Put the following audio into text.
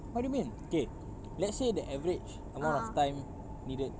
what do you mean okay let's say the average amount of time needed